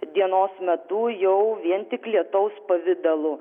dienos metu jau vien tik lietaus pavidalu